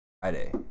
Friday